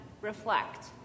reflect